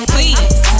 Please